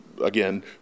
again